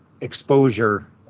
exposure